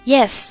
Yes